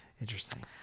Interesting